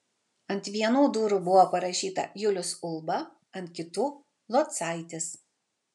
ant vienų durų buvo parašyta julius ulba ant kitų locaitis